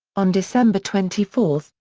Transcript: on december twenty four,